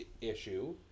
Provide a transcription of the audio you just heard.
issue